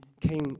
came